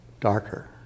Darker